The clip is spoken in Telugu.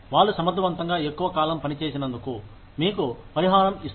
వాళ్లు సమర్థవంతంగా ఎక్కువ కాలం పని చేసినందుకు మీకు పరిహారం ఇస్తారు